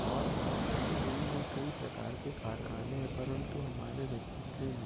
और बैतूल ज़िले में कई प्रकार के कारख़ाने है परंतु हमारे बैतूल ज़िले में